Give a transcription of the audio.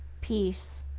peace.